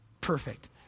Perfect